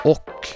Och